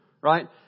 Right